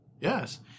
yes